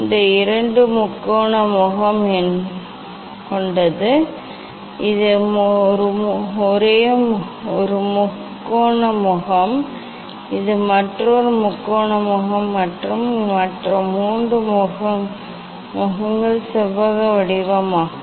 இது இரண்டு முக்கோண முகம் கொண்டது இது ஒரு முக்கோண முகம் இது மற்றொரு முக்கோண முகம் மற்றும் மற்ற மூன்று முகங்கள் செவ்வக வடிவமாகும்